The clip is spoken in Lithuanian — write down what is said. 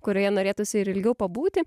kurioje norėtųsi ir ilgiau pabūti